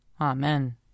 Amen